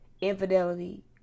infidelity